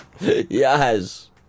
Yes